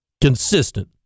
Consistent